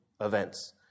events